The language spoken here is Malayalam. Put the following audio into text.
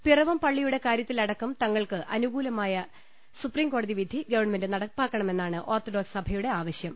പിറവം പള്ളിയുടെ കാര്യത്തിലടക്കം തങ്ങൾക്ക് അനുകൂലമായ സുപ്രീംകോടതി വിധി ഗവൺമെന്റ് നടപ്പാക്കണമെന്നാണ് ഓർത്തഡോക്സ് സഭയുടെ ആവശ്യം